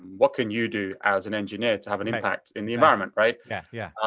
what can you do as an engineer to have an impact in the environment, right? yeah yeah